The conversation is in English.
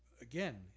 again